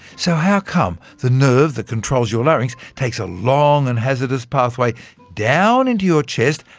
so how come the nerve that controls your larynx takes a long and hazardous pathway down into your chest,